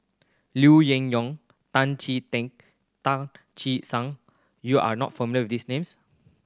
Liu Yin Yew Tan Chee Teck Tan Che Sang you are not familiar with these names